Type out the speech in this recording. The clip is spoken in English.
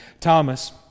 Thomas